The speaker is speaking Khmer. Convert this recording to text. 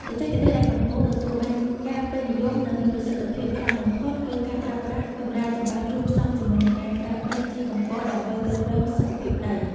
បច្ចេកទេសដែលកំពុងទទួលបានការពេញនិយម និងមានប្រសិទ្ធភាពខ្ពស់បំផុត គឺការប្រើប្រាស់កម្រាលចំបើងរួមផ្សំជាមួយការប្រើប្រាស់ជីកំប៉ុស្តដើម្បីគ្រប់គ្រងសុខភាពដី។